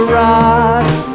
rocks